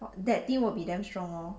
that team will be damn strong lor